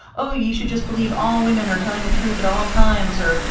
oh, you should just believe all women are telling the truth at all times or,